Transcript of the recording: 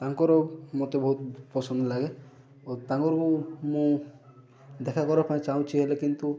ତାଙ୍କର ମୋତେ ବହୁତ ପସନ୍ଦ ଲାଗେ ଓ ତାଙ୍କର ମୁଁ ମୁଁ ଦେଖା କରିବା ପାଇଁ ଚାହୁଁଛି ହେଲେ କିନ୍ତୁ